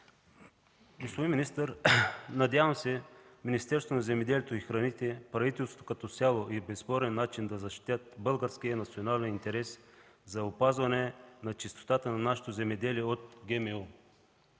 Господин министър, надявам се Министерството на земеделието и храните и правителството като цяло по безспорен начин да защитят българския национален интерес за опазване на чистотата на нашето земеделие от ГМО.